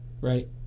Right